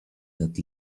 that